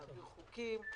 להעביר חוקים,